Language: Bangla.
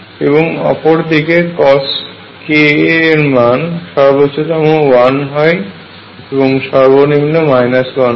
এবং অপরদিকে Coska এর মান সর্বোচ্চতম 1 হয় এবং সর্বনিম্ন 1 হয়